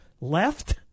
left